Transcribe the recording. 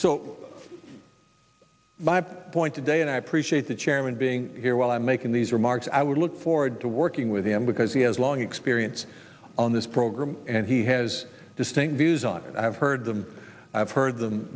so my point today and i appreciate the chairman being here while i'm making these remarks i would look forward to working with him because he has long experience on this program and he has distinct views on and i've heard them i've heard them